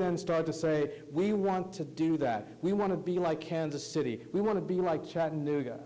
then start to say we want to do that we want to be like kansas city we want to be like chattanooga